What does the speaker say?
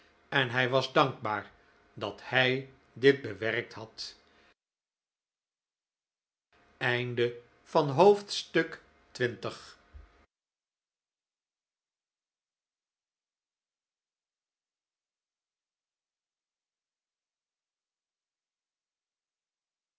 en hij was dankbaar dat hij dit bewerkt had